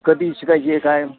कधी शिकायची आहे काय